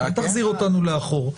אל תחזיר אותנו לאחור.